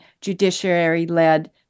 judiciary-led